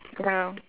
ya